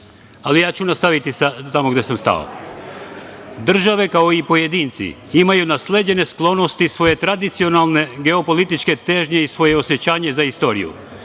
ali ja ću nastaviti tamo gde sam stao.„Države, kao i pojedinci, imaju nasleđene sklonosti, svoje tradicionalne, geopolitičke težnje i svoja osećanja za istoriju,